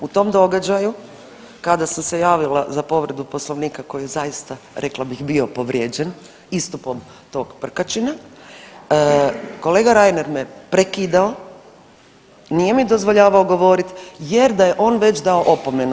U tom događaju kada sam se javila za povredu poslovnika koji zaista rekla bih bio povrijeđen istog tog Prkačina, kolega Reiner me prekidao, nije mi dozvoljavao govorit jer da je on već dao opomenu.